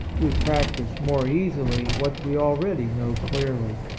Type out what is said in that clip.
we practise more easily what we already know clearly.